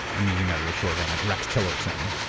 i'm using it as a shorthand like rex tillerson,